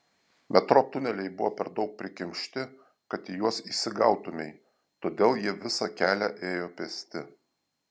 metro tuneliai buvo per daug prikimšti kad į juos įsigautumei todėl jie visą kelią ėjo pėsti